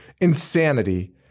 insanity